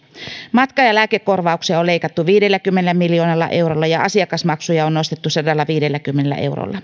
matka ja lääkekorvauksia on leikattu viidelläkymmenellä miljoonalla eurolla ja asiakasmaksuja on nostettu sadallaviidelläkymmenellä